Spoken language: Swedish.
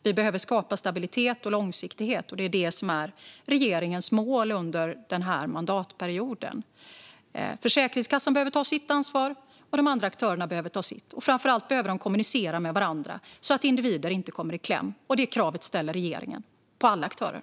Vi behöver skapa stabilitet och långsiktighet, och det är det som är regeringens mål under den här mandatperioden. Försäkringskassan behöver ta sitt ansvar, och de andra aktörerna behöver ta sitt. Framför allt behöver de kommunicera med varandra, så att individer inte kommer i kläm. Det kravet ställer regeringen på alla aktörer.